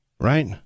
Right